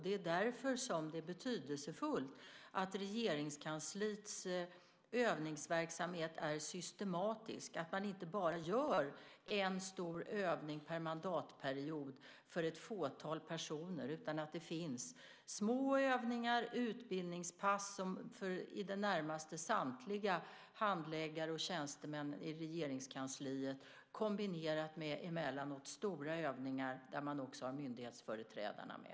Det är därför som det är betydelsefullt att Regeringskansliets övningsverksamhet är systematisk, så att man inte bara gör en stor övning per mandatperiod för ett fåtal personer utan att det finns små övningar och utbildningspass för i det närmaste samtliga handläggare och tjänstemän i Regeringskansliet emellanåt kombinerat med stora övningar där man också har myndighetsföreträdarna med.